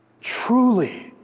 truly